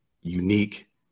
unique